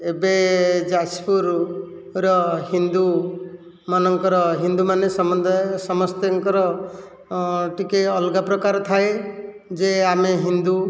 ଏବେ ଯାଜପୁରର ହିନ୍ଦୁମାନଙ୍କର ହିନ୍ଦୁମାନେ ସମସ୍ତେ ସମସ୍ତିଙ୍କର ଟିକିଏ ଅଲଗା ପ୍ରକାର ଥାଏ ଯେ ଆମେ ହିନ୍ଦୁ